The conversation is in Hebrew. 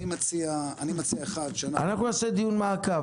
אנחנו נעשה דיון מעקב,